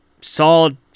Solid